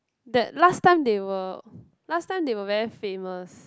that last time they were last time they were very famous